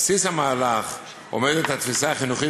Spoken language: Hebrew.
בבסיס המהלך עומדת התפיסה החינוכית